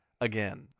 again